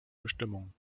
bestimmungen